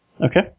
Okay